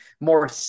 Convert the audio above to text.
more